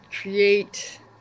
create